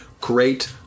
great